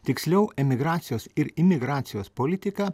tiksliau emigracijos ir imigracijos politika